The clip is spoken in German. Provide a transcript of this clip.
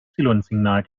signal